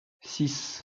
six